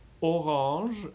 orange